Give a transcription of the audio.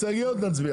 שנסיים,